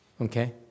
okay